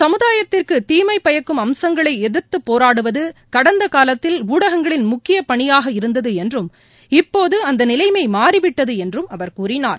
சமுதாயத்திற்கு தீமை பயக்கும் அம்சங்களை எதிர்த்து போராடுவது கடந்த காலத்தில் ஊடகங்களின் முக்கிய பணியாக இருந்தது என்றும் இப்போது அந்த நிலைமை மாறிவிட்டது என்றும் அவர் கூறினார்